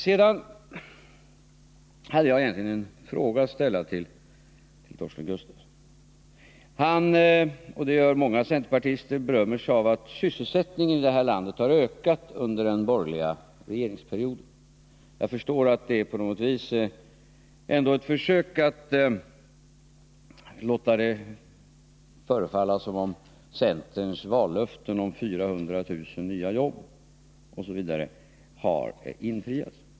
Jag hade egentligen en fråga att ställa till Torsten Gustafsson. I likhet med många andra centerpartister berömmer han sig av att sysselsättningen i detta land har ökat under den borgerliga regeringsperioden. Jag förstår att det är ett försök att få det att förefalla som om centerns vallöfte om 400 000 nya jobb har infriats.